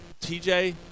TJ